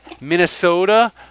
Minnesota